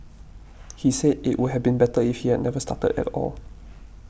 he said it would have been better if he had never started at all